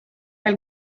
elle